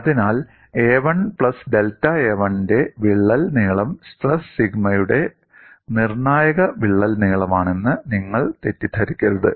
അതിനാൽ a1 plus delta a1 ന്റെ വിള്ളൽ നീളം സ്ട്രെസ് സിഗ്മയുടെ നിർണ്ണായക വിള്ളൽ നീളമാണെന്ന് നിങ്ങൾ തെറ്റിദ്ധരിക്കരുത്